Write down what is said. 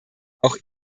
auch